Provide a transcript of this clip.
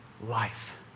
life